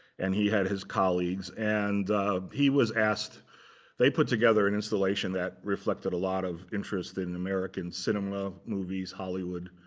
and he had his colleagues. and he was asked they put together an installation that reflected a lot of interest in american cinema, movies, hollywood,